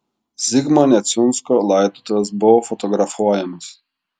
zigmo neciunsko laidotuvės buvo fotografuojamos